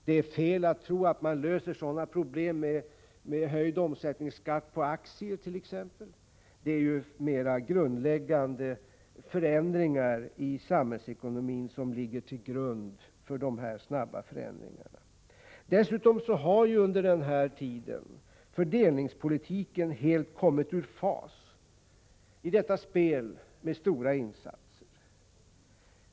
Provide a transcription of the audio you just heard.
Det är fel att tro att man löser sådana problem med t.ex. höjd omsättningsskatt på aktier. Det är ju mera djupgående förändringar i samhällsekonomin som ligger till grund för de här snabba förskjutningarna. Dessutom har under denna tid fördelningspolitiken helt kommit ur fas i detta spel med stora insatser.